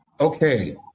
okay